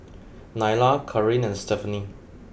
Nylah Caryn and Stephani